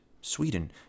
Sweden